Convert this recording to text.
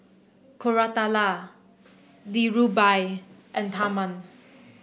Koratala Dhirubhai and Tharman